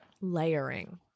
layering